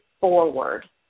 forward